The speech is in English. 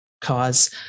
cause